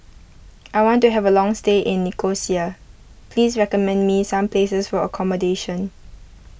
I want to have a long stay in Nicosia Please recommend me some places for accommodation